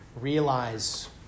realize